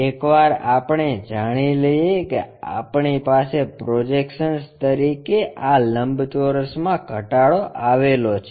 એકવાર આપણે જાણી લઈએ કે આપણી પાસે પ્રોજેક્શન્સ તરીકે આ લંબચોરસ મા ઘટાડો આવેલો છે